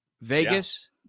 Vegas